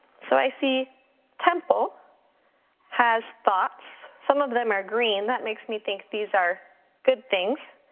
so i see temple has thoughts, some of them are green. that makes me think these are good things.